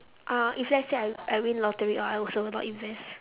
uh if let's say I I win lottery ah I also will not invest